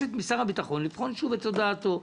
מבקשת משר הביטחון לבחון שוב את הודעתו.